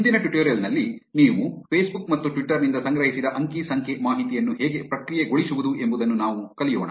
ಇಂದಿನ ಟ್ಯುಟೋರಿಯಲ್ ನಲ್ಲಿ ನೀವು ಫೇಸ್ ಬುಕ್ ಮತ್ತು ಟ್ವಿಟ್ಟರ್ ನಿಂದ ಸಂಗ್ರಹಿಸಿದ ಅಂಕಿ ಸಂಖ್ಯೆ ಮಾಹಿತಿಯನ್ನು ಹೇಗೆ ಪ್ರಕ್ರಿಯೆಗೊಳಿಸುವುದು ಎಂಬುದನ್ನು ನಾವು ಕಲಿಯೋಣ